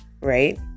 right